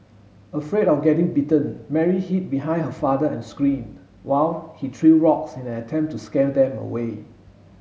afraid of getting bitten Mary hid behind her father and scream while he threw rocks in an attempt to scare them away